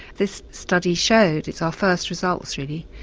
this study showed, it's our first results really,